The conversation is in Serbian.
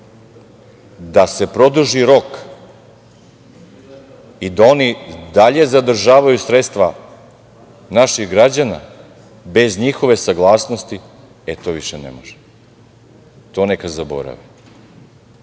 da se produži rok i da oni i dalje zadržavaju sredstva naših građana bez njihove saglasnosti, e to više ne može. To neka zaborave.